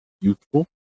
youthful